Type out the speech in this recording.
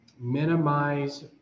minimize